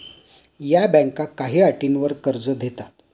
या बँका काही अटींवर कर्ज देतात